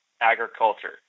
agriculture